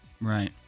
right